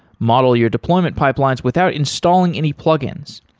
model your deployment pipelines without installing any plugins.